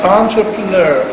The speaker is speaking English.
entrepreneur